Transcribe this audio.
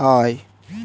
হ্যয়